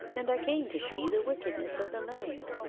and i came to see the wickedness of the land